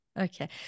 okay